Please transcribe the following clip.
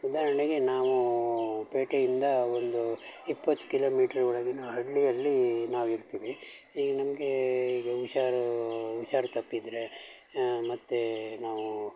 ಉದಾಹರ್ಣೆಗೆ ನಾವು ಪೇಟೆಯಿಂದ ಒಂದು ಇಪ್ಪತ್ತು ಕಿಲೋಮೀಟ್ರ್ ಒಳಗಿನ ಹಳ್ಳಿಯಲ್ಲಿ ನಾವು ಇರ್ತೀವಿ ಈಗ ನಮಗೆ ಈಗ ಹುಷಾರು ಹುಷಾರ್ ತಪ್ಪಿದರೆ ಮತ್ತು ನಾವು